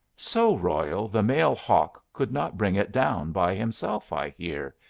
so royal the male hawk could not bring it down by himself, i hear,